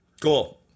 Cool